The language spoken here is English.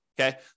okay